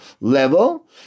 level